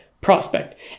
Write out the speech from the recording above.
prospect